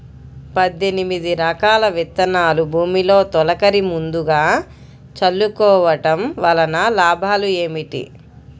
పద్దెనిమిది రకాల విత్తనాలు భూమిలో తొలకరి ముందుగా చల్లుకోవటం వలన లాభాలు ఏమిటి?